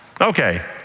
Okay